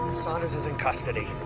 saunders is in custody.